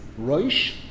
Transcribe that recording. Roish